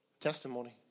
testimony